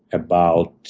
about